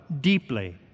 deeply